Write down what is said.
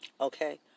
Okay